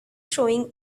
showing